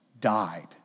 died